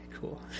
cool